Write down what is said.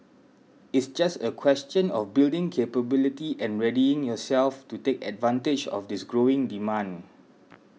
it's just a question of building capability and readying yourselves to take advantage of this growing demand